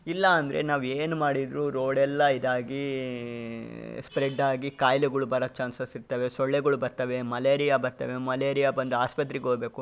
ಇಲ್ಲ ಅಂದರೆ ನಾವು ಏನು ಮಾಡಿದರೂ ರೋಡ್ ಎಲ್ಲ ಇದಾಗಿ ಸ್ಪ್ರೆಡ್ ಆಗಿ ಕಾಯ್ಲೆಗಳು ಬರೋ ಚಾನ್ಸಸ್ ಇರ್ತವೆ ಸೊಳ್ಳೆಗಳು ಬರ್ತವೆ ಮಲೇರಿಯ ಬರ್ತವೆ ಮಲೇರಿಯ ಬಂದು ಆಸ್ಪತ್ರೆಗೆ ಹೋಬೇಕು